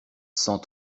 cent